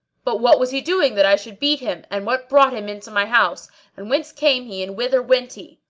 but what was he doing that i should beat him, and what brought him in to my house and whence came he and whither went he?